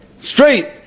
straight